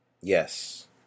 Yes